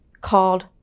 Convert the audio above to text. called